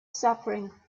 suffering